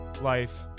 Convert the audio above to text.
life